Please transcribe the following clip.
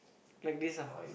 like this ah